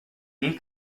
dir